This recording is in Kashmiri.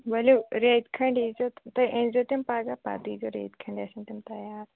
ؤلِو ریٚتۍ کھٔنٛڈۍ یی زیٚو تُہۍ أنۍزیٚو تِم پَگاہ پَتہٕ یی زیٚو ریٚتۍ کھٔنٛڈۍ آسَن تِم تَیار